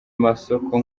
masoko